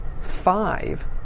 five